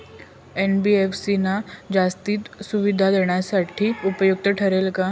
NBFC ना जास्तीच्या सुविधा देण्यासाठी उपयुक्त ठरेल का?